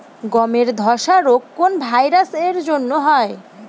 গমের ধসা রোগ কোন ভাইরাস এর জন্য হয়?